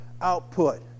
output